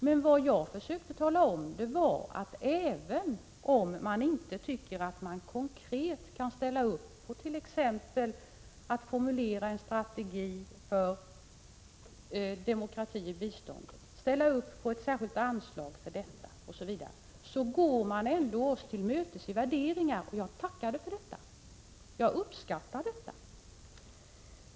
Men vad jag försökte tala om var, att även om man inte tycker att man konkret kan ställa upp på att t.ex. formulera en strategi för demokrati i biståndet, ställa upp på ett särskilt anslag för detta osv., går man oss ändå till mötes i värderingar, och jag tackade för detta och uppskattar det.